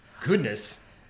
goodness